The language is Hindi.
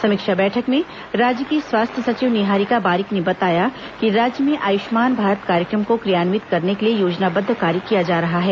समीक्षा बैठक में राज्य की स्वास्थ्य सचिव निहारिका बारिक ने बताया कि राज्य में आयुष्मान भारत कार्यक्रम को क्रियान्वित करने के लिए योजनाबद्ध कार्य किया जा रहा है